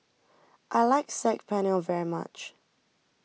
I like Saag Paneer very much